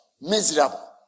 miserable